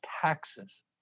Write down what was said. taxes